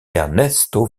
ernesto